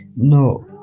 No